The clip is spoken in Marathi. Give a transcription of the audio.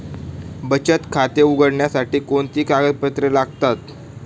बचत खाते उघडण्यासाठी कोणती कागदपत्रे लागतात?